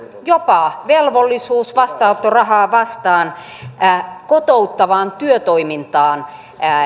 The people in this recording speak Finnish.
jopa velvollisuus vastaanottorahaa vastaan osallistua kotouttavaan työtoimintaan